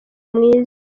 mwiza